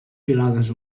filades